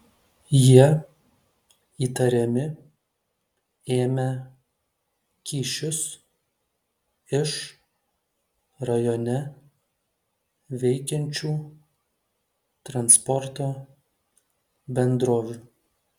jie įtariami ėmę kyšius iš rajone veikiančių transporto bendrovių